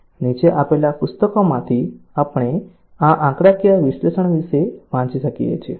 નીચે આપેલા પુસ્તકોમાંથી આપણે આ આંકડાકીય વિશ્લેષણ વિશે વાંચી શકીએ છીએ